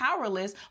powerless